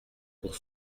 pour